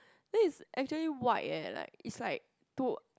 then it's actually white eh like it's like to